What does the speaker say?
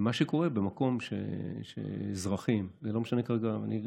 ומה שקורה זה שבמקום שאזרחים, אני רגע